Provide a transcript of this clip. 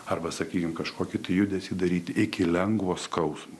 arba sakykim kažkokį judesį daryti iki lengvo skausmo